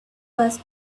was